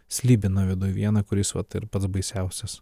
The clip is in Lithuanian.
slibiną viduj vieną kuris vat ir pats baisiausias